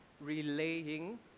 relaying